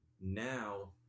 now